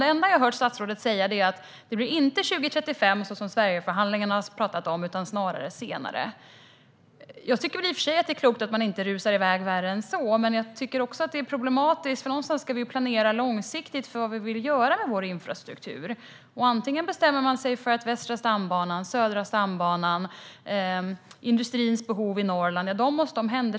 Det enda jag har hört statsrådet säga är att det inte blir 2035, så som Sverigeförhandlingen har angett, utan snarare senare. Det är väl i och för sig klokt att inte rusa iväg värre än så, men det är också problematiskt. Någon gång ska vi ju planera långsiktigt för vad vi vill göra med vår infrastruktur. Man kan bestämma sig för att Västra stambanan, Södra stambanan och industrins behov i Norrland ska tas om hand.